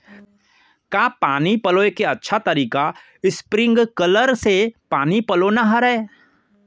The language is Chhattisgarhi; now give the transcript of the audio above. का पानी पलोय के अच्छा तरीका स्प्रिंगकलर से पानी पलोना हरय?